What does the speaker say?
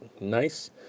nice